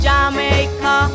Jamaica